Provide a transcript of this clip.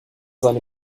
seine